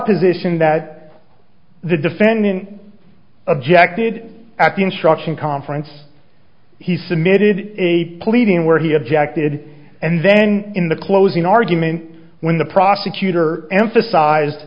position that the defendant objected at the instruction conference he submitted a pleading where he objected and then in the closing argument when the prosecutor emphasized